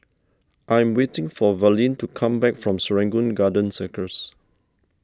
I am waiting for Verlene to come back from Serangoon Garden Circus